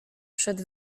przed